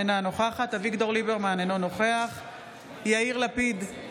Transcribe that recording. אינה נוכחת אביגדור ליברמן, אינו נוכח יאיר לפיד,